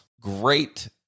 great